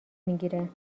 میگیره